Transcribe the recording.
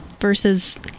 versus